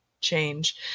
change